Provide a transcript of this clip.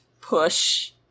push